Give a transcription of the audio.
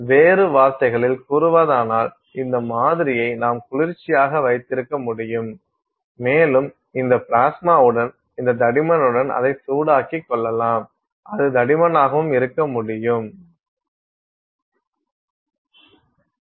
வேறு வார்த்தைகளில் கூறுவதானால் இந்த மாதிரியை நாம் குளிர்ச்சியாக வைத்திருக்க முடியும் மேலும் இந்த பிளாஸ்மாவுடன் இந்த தடிமனுடன் அதை சூடாக்கிக் கொள்ளலாம் அது தடிமனாகவும் இருக்க முடியும்